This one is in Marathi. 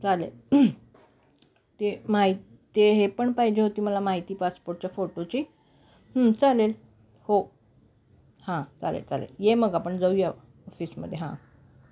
चालेल ते माही ते हे पण पाहिजे होती मला माहिती पासपोर्टच्या फोटोची चालेल हो हां चालेल चालेल ये मग आपण जाऊया ऑफिसमध्ये हां